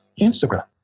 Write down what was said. Instagram